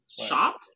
shop